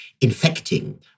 infecting